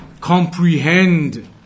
comprehend